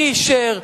מי אישר,